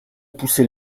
pousser